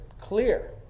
clear